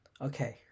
Okay